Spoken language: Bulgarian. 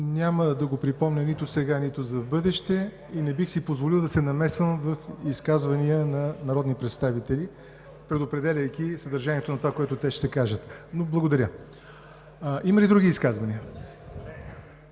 няма да го припомня нито сега, нито за в бъдеще. Не бих си позволил да се намесвам в изказвания на народни представители, предопределяйки съдържанието на това, което те ще кажат, но благодаря. Има ли други изказвания?